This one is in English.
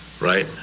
right